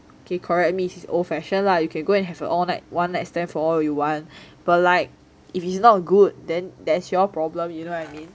okay correct me this is old fashioned lah you can go and have a all night one night stand for all you want but like if it's not a good then that's your problem you know what I mean